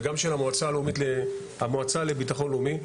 וגם של המועצה לביטחון לאומי,